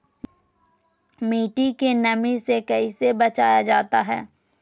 मट्टी के नमी से कैसे बचाया जाता हैं?